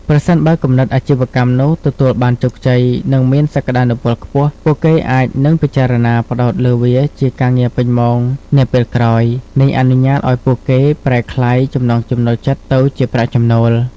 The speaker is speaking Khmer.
ប្រសិនបើគំនិតអាជីវកម្មនោះទទួលបានជោគជ័យ និងមានសក្តានុពលខ្ពស់ ពួកគេអាចនឹងពិចារណាផ្តោតលើវាជាការងារពេញម៉ោងនាពេលក្រោយ នេះអនុញ្ញាតឱ្យពួកគេប្រែក្លាយចំណង់ចំណូលចិត្តទៅជាប្រាក់ចំណូល។